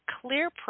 clear